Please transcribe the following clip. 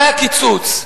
זה הקיצוץ.